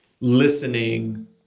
listening